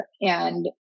and-